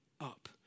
up